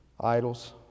idols